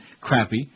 crappy